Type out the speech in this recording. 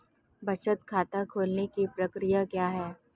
बचत खाता खोलने की प्रक्रिया क्या है?